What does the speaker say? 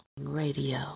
Radio